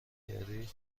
کردی